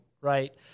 right